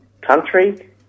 country